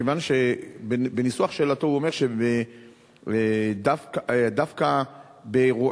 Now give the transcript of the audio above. מכיוון שבניסוח שאלתו הוא אומר שדווקא באירועים